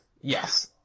Yes